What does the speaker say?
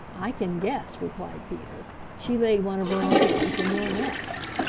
i can guess, replied peter. she laid one of her own eggs in your nest.